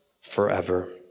forever